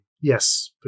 Yes